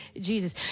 Jesus